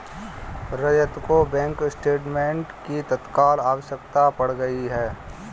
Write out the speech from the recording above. रजत को bank statement की तत्काल आवश्यकता पड़ गई है